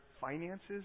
finances